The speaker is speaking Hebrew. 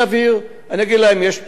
אני אגיד להם: יש מבט אחד,